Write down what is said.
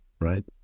right